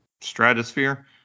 stratosphere